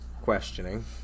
questioning